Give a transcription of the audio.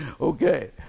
Okay